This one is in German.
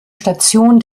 station